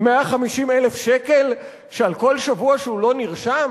150,000 שקל על כל שבוע שהוא לא נרשם.